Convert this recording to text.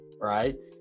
Right